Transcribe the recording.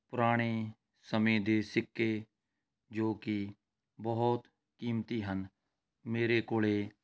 ਪੁਰਾਣੇ ਸਮੇਂ ਦੇ ਸਿੱਕੇ ਜੋ ਕਿ ਬਹੁਤ ਕੀਮਤੀ ਹਨ ਮੇਰੇ ਕੋਲ